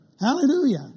Hallelujah